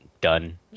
done